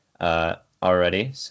already